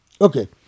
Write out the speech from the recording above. Okay